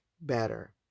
better